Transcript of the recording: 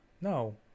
No